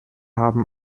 haben